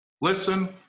Listen